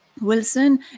Wilson